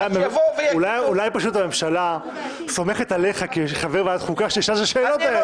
אולי פשוט הממשלה סומכת עליך כחבר ועדת חוקה שתשאל את השאלות האלה.